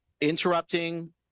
interrupting